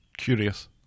Curious